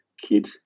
Kid